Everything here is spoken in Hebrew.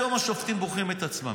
הרי היום השופטים בוחרים את עצמם.